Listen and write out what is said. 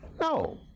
No